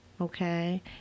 okay